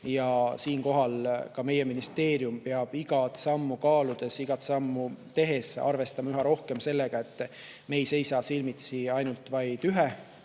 Siinkohal peab ka meie ministeerium igat sammu kaaludes, igat sammu tehes arvestama üha rohkem sellega, et me ei seisa silmitsi ainult ühe